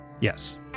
yes